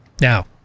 now